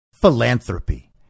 philanthropy